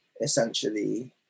essentially